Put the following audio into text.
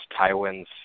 Tywin's